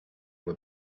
were